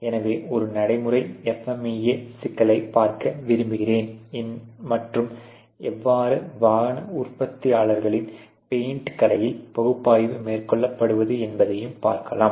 எனவே ஒரு நடைமுறை FMEA சிக்கலைப் பார்க்க விரும்புகிறேன் மற்றும் எவ்வாறு வாகன உற்பத்தியாளர்களின் பெயிண்ட் கடையில் பகுப்பாய்வு மேற்கொள்ளப்பட்டது என்பதை பார்க்கலாம்